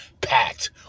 packed